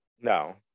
No